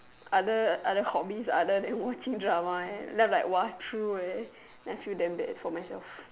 other other hobbies other than watching drama eh I'm like !wah! true eh then I feel damn bad for myself